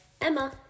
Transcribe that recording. Emma